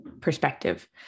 perspective